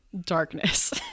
darkness